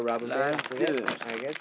life's good